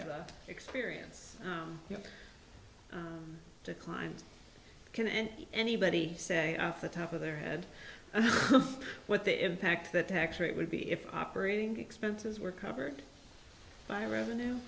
the experience declines can and anybody say off the top of their head what the impact that tax rate would be if operating expenses were covered by revenue